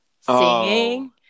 singing